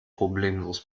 problemlos